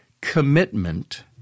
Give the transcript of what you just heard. commitment